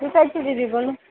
की कहै छी दीदी बोलू